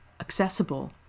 accessible